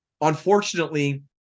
unfortunately